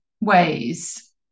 ways